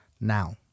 Now